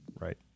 Right